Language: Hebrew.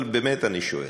אבל באמת אני שואל,